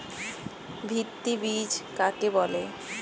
ভিত্তি বীজ কাকে বলে?